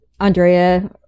andrea